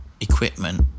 equipment